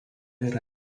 yra